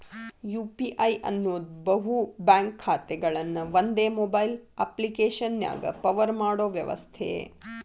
UPI ಅನ್ನೋದ್ ಬಹು bank ಖಾತೆಗಳನ್ನ ಒಂದೇ ಮೊಬೈಲ್ ಅಪ್ಪ್ಲಿಕೆಶನ್ಯಾಗ ಪವರ್ ಮಾಡೋ ವ್ಯವಸ್ಥೆ